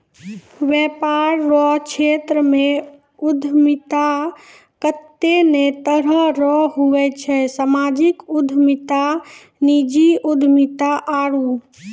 वेपार रो क्षेत्रमे उद्यमिता कत्ते ने तरह रो हुवै छै सामाजिक उद्यमिता नीजी उद्यमिता आरु